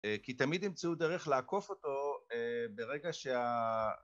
כי תמיד ימצאו דרך לעקוף אותו ברגע שה...